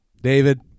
David